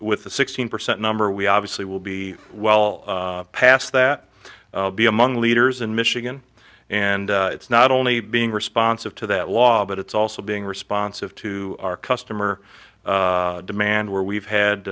with the sixteen percent number we obviously will be well past that be among leaders in michigan and it's not only being responsive to that law but it's also being responsive to our customer demand where we've